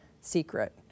secret